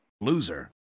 loser